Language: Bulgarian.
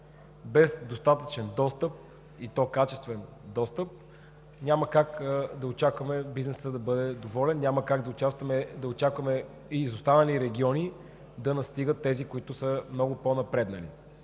Без достатъчен, и то качествен достъп, няма как да очакваме бизнесът да бъде доволен, няма как да очакваме изостанали региони да настигат тези, които са много по-напреднали.